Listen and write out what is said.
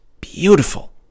beautiful